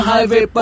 Highway